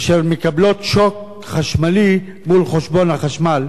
אשר מקבלות שוק חשמלי מול חשבון החשמל,